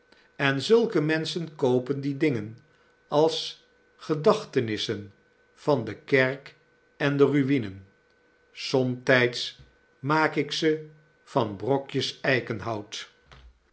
en zulke menschen koopen die dingen als gedachtenissen van de kerk en deru'inen somtijds maak ik ze van brokjes eikenhout